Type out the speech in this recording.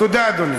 תודה, אדוני.